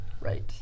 Right